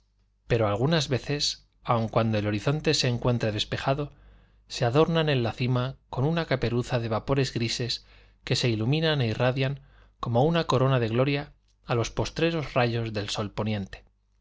pero algunas veces aun cuando el horizonte se encuentre despejado se adornan en la cima con una caperuza de vapores grises que se iluminan e irradian como una corona de gloria a los postreros rayos del sol poniente